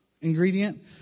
ingredient